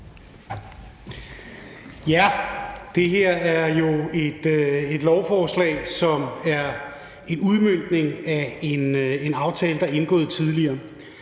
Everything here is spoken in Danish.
(S): Det her er jo et lovforslag, som er en udmøntning af en aftale, der er indgået tidligere.